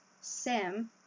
Sam